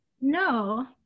no